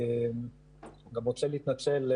אני גם רוצה להתנצל,